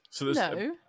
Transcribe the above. No